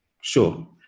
Sure